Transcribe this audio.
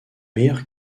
meilleure